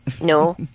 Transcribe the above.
No